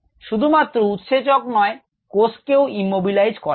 শুধুমাত্র উৎসেচক নয় কোষ কেও ইমমবিলাইজ করা যায়